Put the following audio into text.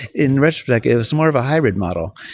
in retrospect, it was more of a hybrid model.